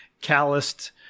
calloused